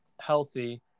healthy